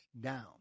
down